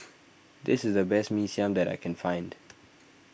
this is the best Mee Siam that I can find